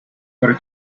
got